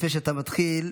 לפני שאתה מתחיל,